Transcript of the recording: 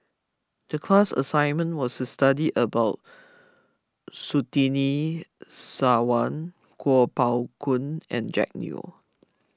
the class assignment was to study about Surtini Sarwan Kuo Pao Kun and Jack Neo